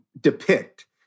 depict